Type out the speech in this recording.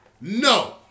No